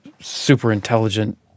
super-intelligent